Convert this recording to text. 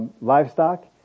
livestock